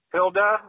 Hilda